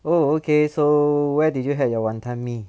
oh okay so where did you have your wanton mee